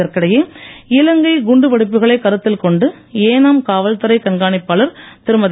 இதற்கிடையே இலங்கை குண்டு வெடிப்புகளை கருத்தில் கொண்டு ஏனாம் காவல்துறை கண்காணிப்பாளர் திருமதி